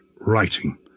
writing